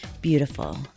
beautiful